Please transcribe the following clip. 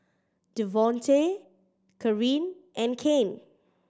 Devonte Kareen and Kane